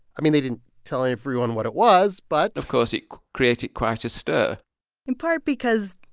i mean, they didn't tell everyone what it was. but. of course, it created quite a stir in part because,